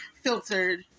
filtered